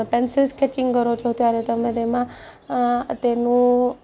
pencil sketching કરો છો ત્યારે તમે તેમાં તેનું